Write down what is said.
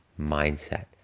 mindset